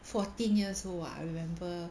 fourteen years old ah I remember